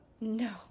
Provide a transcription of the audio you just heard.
no